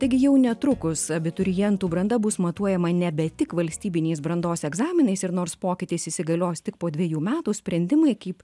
taigi jau netrukus abiturientų branda bus matuojama nebe tik valstybiniais brandos egzaminais ir nors pokytis įsigalios tik po dvejų metų sprendimai kaip